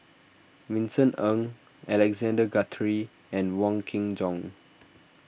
Vincent Ng Alexander Guthrie and Wong Kin Jong